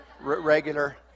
regular